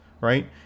right